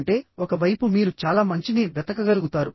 అంటే ఒక వైపు మీరు చాలా మంచిని వెతకగలుగుతారు